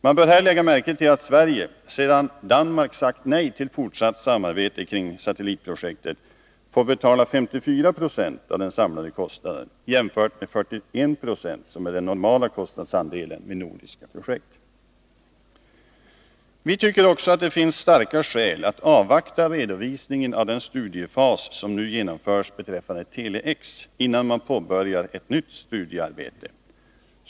Man bör här lägga märke till att Sverige, sedan Danmark sagt nej till fortsatt samarbete beträffande satellitprojektet, får betala 54 20 av den samlade kostnaden, jämfört med 41 26 som är den normala kostnadsandelen vid nordiska projekt. Vi tycker också att det finns starka skäl att avvakta redovisningen av den studiefas som nu genomförs beträffande Tele-X, innan man påbörjar ett nytt studiearbete.